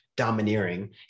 domineering